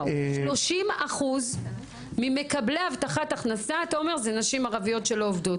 30 אחוז ממקבלי הבטחת הכנסה אתה אומר זה נשים ערביות שלא עובדות.